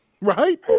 Right